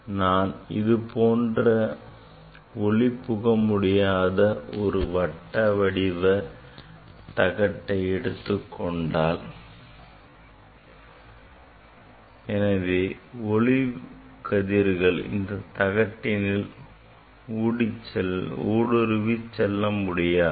நான் இதுபோன்ற ஒளிபுக முடியாத ஒரு வட்டவடிவ தட்டை எடுத்துக் கொண்டால் எனவே ஒளிக்கதிர்கள் இந்த தட்டினுள் ஊடுருவிச் செல்ல முடியாது